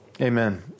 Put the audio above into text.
Amen